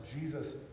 Jesus